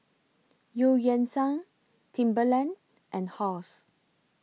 EU Yan Sang Timberland and Halls